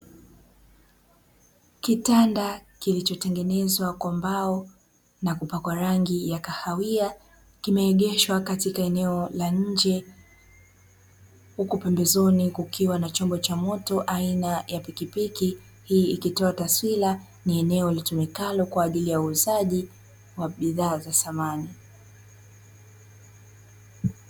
Kitanda kilichotengenezwa kwa mbao na kupakwa rangi ya kahawia kimeegeshwa katika eneo la nje, huku pembezoni kukiwa na chombo cha moto aina ya pikipiki. Hii ikitoa taswira ni eneo litumikalo kwa ajili ya uuzaji wa bidhaa za samani.